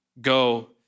go